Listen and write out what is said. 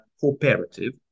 cooperative